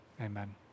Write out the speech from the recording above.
amen